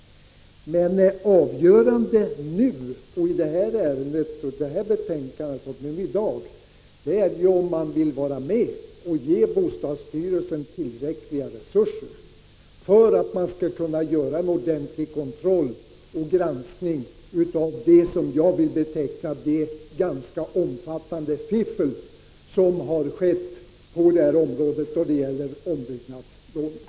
Vad som i dag är avgörande beträffande det som behandlas i detta betänkande, är om vi vill medverka till att ge bostadsstyrelsen tillräckliga resurser för att man skall kunna göra en ordentlig kontroll och granskning av det, som jag vill beteckna det, ganska omfattande fiffel som har förekommit när det gäller ombyggnadslånen.